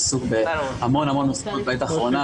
שעסוק המון בעת האחרונה.